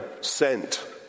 sent